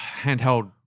handheld